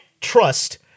trust